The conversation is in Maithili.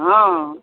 हँ